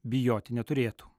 bijoti neturėtų